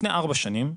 לפני ארבע שנים,